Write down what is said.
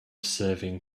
serving